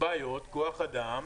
בעיות כוח אדם.